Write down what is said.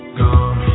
gone